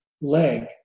leg